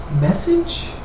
message